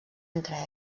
entre